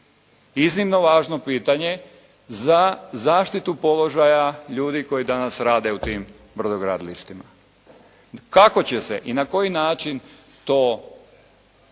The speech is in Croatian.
Iznimno važno pitanje za zaštitu položaja ljudi koji danas rade u tim brodogradilištima. Kako će se i na koji način to